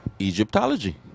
Egyptology